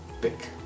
pick